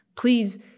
Please